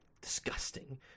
disgusting